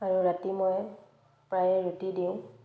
আৰু ৰাতি মই প্ৰায়ে ৰুটি দিওঁ